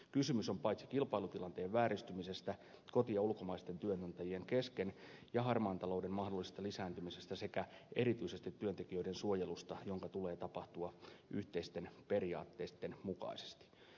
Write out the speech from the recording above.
kysymys on paitsi kilpailutilanteen vääristymisestä koti ja ulkomaisten työnantajien kesken myös harmaan talouden mahdollisesta lisääntymisestä sekä erityisesti työntekijöiden suojelusta jonka tulee tapahtua yhteisten periaatteitten mukaisesti